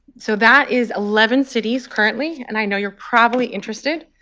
so that is eleven cities currently. and i know you're probably interested,